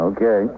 Okay